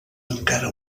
encara